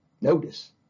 notice